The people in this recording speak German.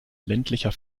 ländlicher